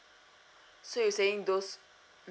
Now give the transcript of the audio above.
so you're saying those